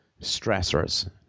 stressors